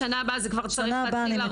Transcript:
שנה הבאה זה כבר צריך להתחיל לרוץ.